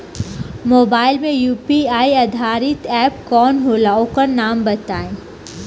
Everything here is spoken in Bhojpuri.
मोबाइल म यू.पी.आई आधारित एप कौन होला ओकर नाम बताईं?